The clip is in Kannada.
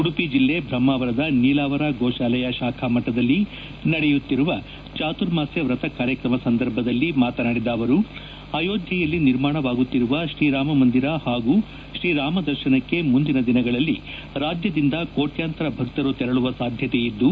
ಉಡುಪಿ ಜೆಲ್ಲೆ ಬ್ರಹ್ಮಾವರದ ನೀಲಾವರ ಗೋಶಾಲೆಯ ಶಾಖಾ ಮಠದಲ್ಲಿ ನಡೆಯುತ್ತಿರುವ ಚಾತುರ್ಮಾಸ್ಕ ವ್ರತ ಕಾರ್ಯಕ್ರಮ ಸಂದರ್ಭದಲ್ಲಿ ಮಾತನಾಡಿದ ಅವರು ಅಯೋಧ್ಯೆಯಲ್ಲಿ ನಿರ್ಮಾಣವಾಗುತ್ತಿರುವ ಶ್ರೀರಾಮಮಂದಿರ ಪಾಗೂ ಶ್ರೀರಾಮ ದರ್ಶನಕ್ಕೆ ಮುಂದಿನ ದಿನಗಳಲ್ಲಿ ರಾಜ್ಯದಿಂದ ಕೋಟ್ಯಾಂತರ ಭಕ್ತರು ತೆರಳುವ ಸಾಧ್ಯತೆಯಿದ್ದು